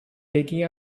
taking